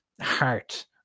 heart